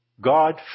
God